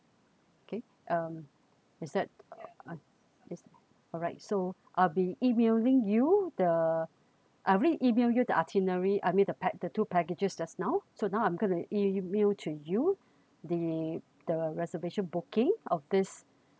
okay um is that is alright so I'll be emailing you the I will email you the itinerary I mean the pack the two packages just now so now I'm going to email to you the the reservation booking of this